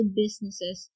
businesses